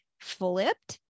flipped